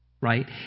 right